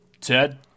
Ted